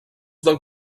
del